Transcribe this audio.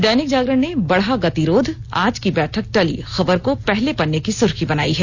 दैनिक जागरण ने बढ़ा गतिरोध आज की बैठक टली खबर को पहले पन्ने की सुर्खी बनायी है